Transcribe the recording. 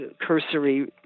cursory